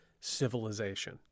civilization